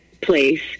place